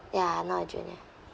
ya not a junior